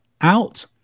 out